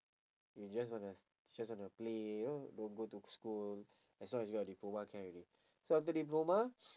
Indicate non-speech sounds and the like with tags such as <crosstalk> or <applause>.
you just wanna just wanna play you know don't go to school as long as you got a diploma can already so after diploma <noise>